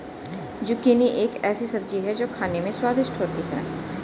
zucchini एक ऐसी सब्जी है जो खाने में स्वादिष्ट होती है